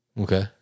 Okay